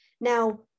Now